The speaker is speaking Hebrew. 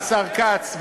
השר כץ,